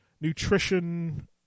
Nutrition